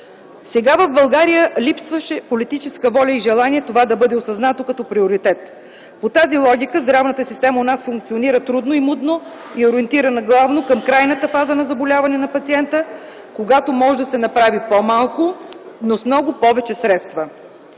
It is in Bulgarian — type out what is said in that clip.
Досега в България липсваше политическа воля и желание това да бъде осъзнато като приоритет. По тази логика здравната система у нас функционира трудно и мудно и е ориентирана главно към крайната фаза на заболяване на пациента, когато може да се направи по-малко, но с много повече средства.